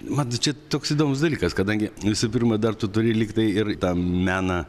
matot čia toks įdomus dalykas kadangi visų pirma dar tu turi liktai ir tą meną